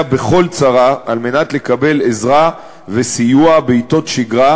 בכל צרה כדי לקבל עזרה וסיוע בעתות שגרה,